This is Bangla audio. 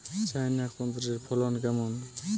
চায়না কুঁদরীর ফলন কেমন?